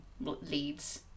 leads